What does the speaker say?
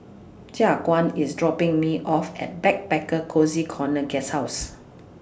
Jaquan IS dropping Me off At Backpacker Cozy Corner Guesthouse